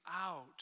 out